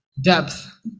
depth